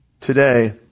today